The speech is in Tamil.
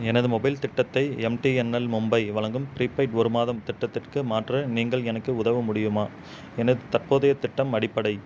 எனது மொபைல் திட்டத்தை எம்டிஎன்எல் மும்பை வழங்கும் ப்ரீபெய்ட் ஒரு மாதம் திட்டத்திற்க்கு மாற்ற நீங்கள் எனக்கு உதவ முடியுமா எனது தற்போதைய திட்டம் அடிப்படை